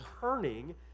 turning